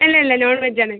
അല്ല അല്ല നോൺവെജ് ആണ്